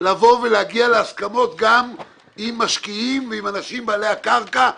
לבוא ולהגיע להסכמות גם עם משקיעים וגם עם בעלי הקרקע,